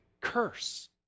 curse